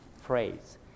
phrase